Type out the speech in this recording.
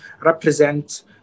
represent